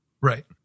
Right